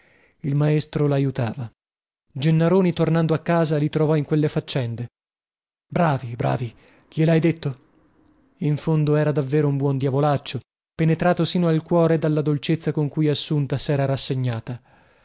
il maestro laiutava gennaroni tornando a casa li trovò in quelle faccende bravi bravi glielhai detto in fondo era davvero un buon diavolaccio penetrato sino al cuore dalla dolcezza con cui assunta sera rassegnata